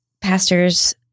pastor's